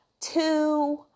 two